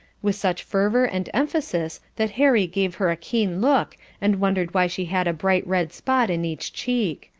with such fervour and emphasis that harry gave her a keen look and wondered why she had a bright red spot in each cheek.